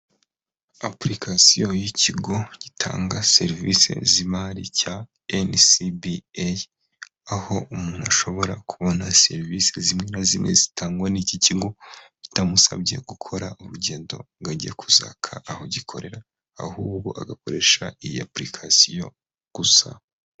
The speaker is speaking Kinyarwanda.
Apurikasiyo y'ikigo gitanga serivisi z'imari cya enisibi eyi, aho umuntu ashobora kubona serivisi zimwe na zimwe zitangwa ni iki kigo bitamusabye gukora urugendo ngo ajya kuzaka aho gikorera ahubwo agakoresha iyi apurikasiyo gusa.